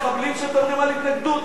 המחבלים שמדברים על התנגדות?